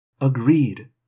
Agreed